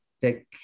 take